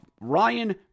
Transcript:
Ryan